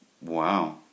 Wow